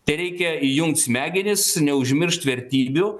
tereikia įjungt smegenis neužmiršt vertybių